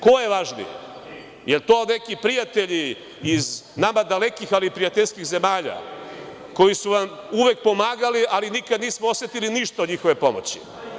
Ko je važniji, jesu li to neki prijatelji iz nama dalekih, ali prijateljskih zemalja, koji su nam uvek pomagali, ali nikad nismo osetili ništa od njihove pomoći?